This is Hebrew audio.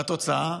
והתוצאה,